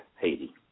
Haiti